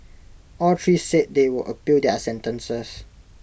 all three said they would appeal their sentences